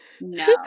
no